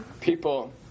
people